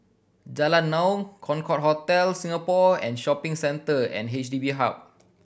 Jalan Naung Concorde Hotel Singapore and Shopping Centre and H D B Hub